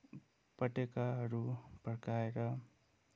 पटेकाहरू पड्काएर